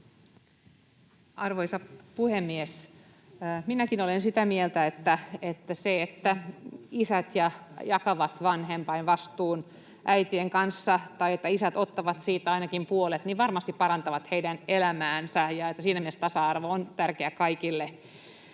Arvoisa puhemies! Minäkin olen sitä mieltä, että se, että isät jakavat vanhempainvastuun äitien kanssa tai että isät ottavat siitä ainakin puolet, varmasti parantaa heidän elämäänsä, niin että siinä mielessä tasa-arvo on tärkeää kaikille.